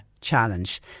challenge